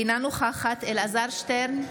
אינה נוכחת אלעזר שטרן,